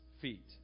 feet